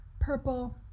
purple